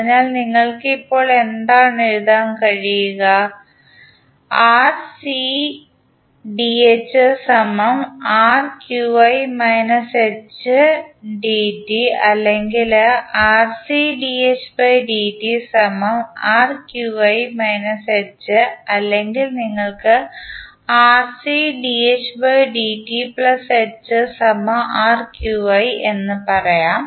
അതിനാൽ നിങ്ങൾക്ക് ഇപ്പോൾ എന്താണ് എഴുതാൻ കഴിയുകഅല്ലെങ്കിൽ അല്ലെങ്കിൽ നിങ്ങൾക്ക് എന്ന് പറയാം